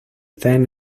then